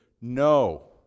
No